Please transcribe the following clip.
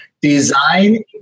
Design